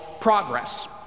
progress